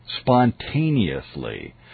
spontaneously